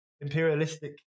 imperialistic